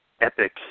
epic